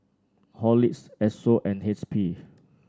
Horlicks Esso and H P